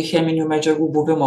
cheminių medžiagų buvimo